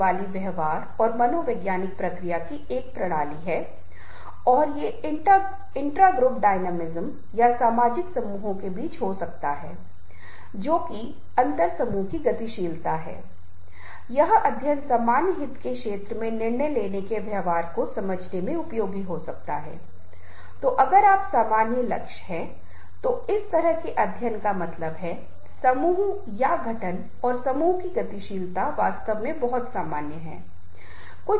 मुझे लगता है कि वे रिश्ते और व्यक्तिगत भावना के बारे में अधिक चिंतित हैं मनोदशा मूड Mood के बारे में वे अधिक चिंतित हैं व्यक्तियों के बारे में और यह दर्शाता है कि सदस्य निर्णय लेने की प्रक्रिया के साथ सहज महसूस करते हैं और वे निर्णय लेने की प्रक्रिया में सहज महसूस करेंगे